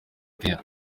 kenya